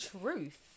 truth